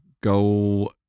go